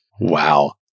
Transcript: Wow